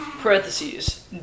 Parentheses